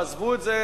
תעזבו את זה,